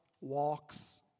walks